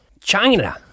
China